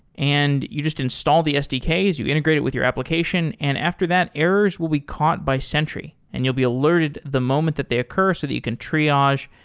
and you just install the sdks. you integrate it with your application. and after that, errors will be caught by sentry and you'll be alerted the moment that they occur so that you can triage,